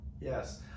yes